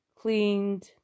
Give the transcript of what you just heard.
cleaned